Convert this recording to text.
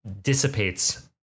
dissipates